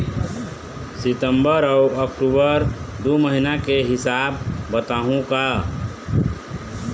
सितंबर अऊ अक्टूबर दू महीना के हिसाब बताहुं का?